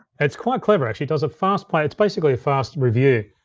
it's quite clever actually, it does a fast play, it's basically a fast review.